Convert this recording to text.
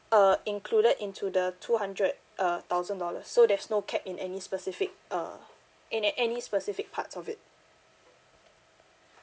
uh included into the two hundred uh thousand dollar so there's no cap in any specific uh in eh any specific parts of it